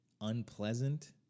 unpleasant